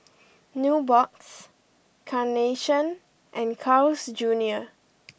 Nubox Carnation and Carl's Junior